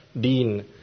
Dean